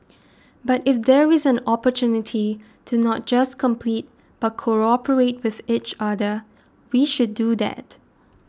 but if there is an opportunity to not just compete but cooperate with each other we should do that